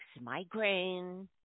migraine